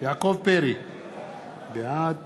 יעקב פרי, בעד